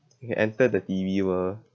you can enter the T_V world